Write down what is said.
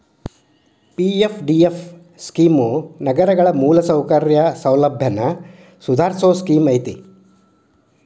PFDF scheme ನಗರಗಳ ಮೂಲಸೌಕರ್ಯ ಸೌಲಭ್ಯನ ಸುಧಾರಸೋ ಸ್ಕೇಮ್ ಐತಿ